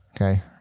okay